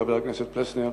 חבר הכנסת פלסנר,